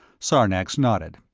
sarnax nodded.